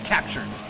Captured